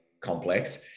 complex